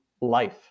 life